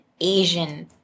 Asian